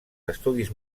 estudis